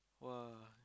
!wah!